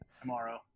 tomorrow